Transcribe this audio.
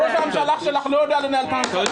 ראש הממשלה שלך לא יודע לנהל את המדינה.